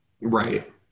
Right